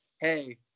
hey